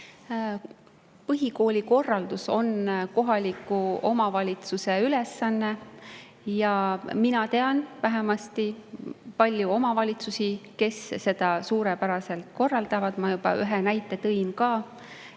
Põhikoolikorraldus on kohaliku omavalitsuse ülesanne. Mina tean palju omavalitsusi, kes seda suurepäraselt korraldavad. Ma juba ühe näite tõin ka.